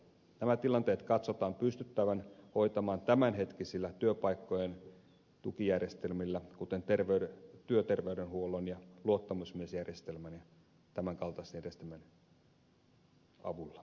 nämä tilanteet katsotaan pystyttävän hoitamaan tämänhetkisillä työpaikkojen tukijärjestelmillä kuten työterveydenhuollon ja luottamusmiesjärjestelmän ja tämän kaltaisten järjestelmien avulla